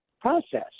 process